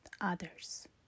others